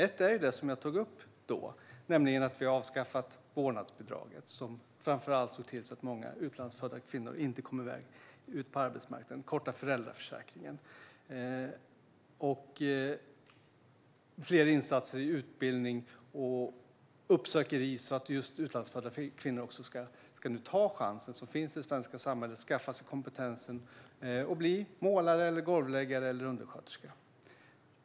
Ett är det som jag tog upp, nämligen att vi har avskaffat vårdnadsbidraget, som framför allt såg till att många utlandsfödda kvinnor inte kom ut på arbetsmarknaden, och kortat föräldraförsäkringen. Vi har också gjort fler insatser för utbildning och uppsökeri, så att just utlandsfödda kvinnor nu ska ta den chans som finns i det svenska samhället, skaffa sig kompetens och bli målare, golvläggare eller undersköterskor.